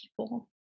people